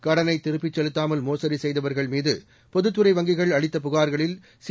கடனைதிருப்பிச்செலுத்தாமல்மோசடிசெய்தவர்கள்மீது பொதுத்துறைவங்கிகள்அளித்தபுகார்களில் சி